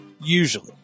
usually